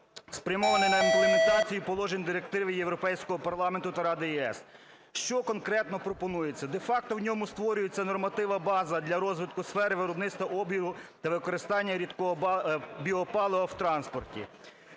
спрямований на імплементацію положень Директиви Європейського парламенту та Ради ЄС. Що конкретно пропонується? Де-факто в ньому створюється нормативна база для розвитку сфери виробництва обігу та використання рідкого біопалива в транспорті.